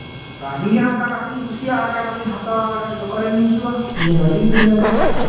ᱟᱹᱵᱤᱱᱜᱮ ᱦᱟᱸᱜ ᱚᱠᱟᱴᱟᱜ ᱵᱮᱱ ᱠᱩᱥᱤᱭᱟᱜᱼᱟ ᱚᱠᱟᱴᱟᱜ ᱵᱮᱱ ᱦᱟᱛᱟᱣᱟ ᱫᱚᱠᱟᱱ ᱨᱮᱵᱮᱱ ᱦᱤᱡᱩᱜᱼᱟ ᱧᱮᱞᱟᱵᱤᱱ ᱠᱤᱨᱤᱧᱟᱵᱤᱱ